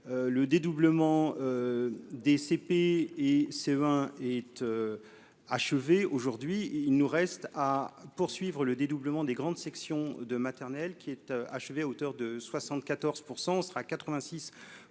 le dédoublement des CP et ses vingt et tu achevé aujourd'hui, il nous reste à poursuivre le dédoublement des grandes sections de maternelle qui être achevé, auteur de 74